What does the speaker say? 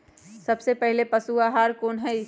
सबसे अच्छा पशु आहार कोन हई?